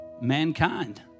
mankind